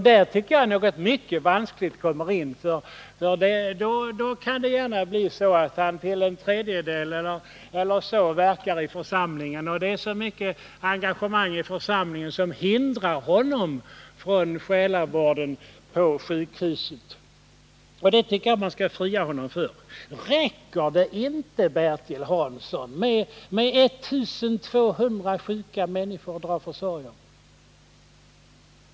Där tycker jag något mycket vanskligt kommer in, för då kan det lätt bli så att han till en tredjedel verkar i församlingen och att det blir så mycket engagemang i församlingen att det hindrar honom från själavården på sjukhuset. Det tycker jag man skall befria honom från. Räcker det inte, Bertil Hansson, med 1200 sjuka människor att dra försorg om?